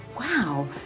wow